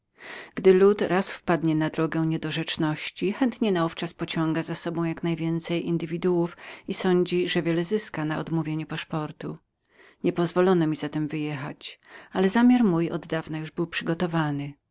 gdy lud raz wpadnie na drogę niedorzeczności chętnie naówczas pociąga za sobą jak najwięcej indywiduów i sądzi że wiele zyska na odmówieniu paszportu nie pozwolono mi zatem wyjechać ale zamiar mój oddawna już był przygotowanym